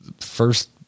first